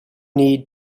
need